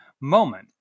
moment